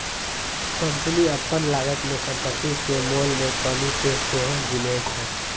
company अप्पन लागत में सम्पति के मोल में कमि के सेहो गिनै छइ